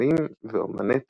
פסלים ואמני תחריט",